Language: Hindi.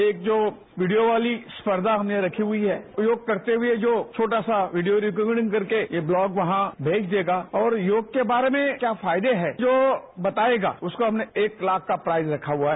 एक जो वीडियो वाली स्फर्धा हमने रखी हुई है यो योग करते हुए एक छोटा सा वीडियो रिकॉर्डिंग करके ब्लॉग वहां भेज देगा और योग के बारे में क्या फायदे हैं जो बतायेगा उसको हमने एक लाख का प्राइज रखा हुआ है